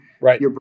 right